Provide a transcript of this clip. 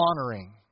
honoring